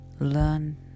Learn